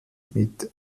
mit